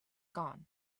gone